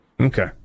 Okay